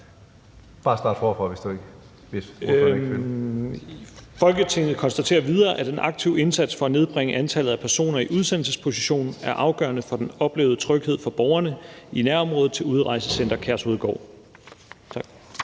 Kl. 13:38 (Ordfører) Rasmus Stoklund (S): »Folketinget konstaterer videre, at en aktiv indsats for at nedbringe antallet af personer i udsendelsesposition er afgørende for den oplevede tryghed for borgerne i nærområdet til Udrejsecenter Kærshovedgård.«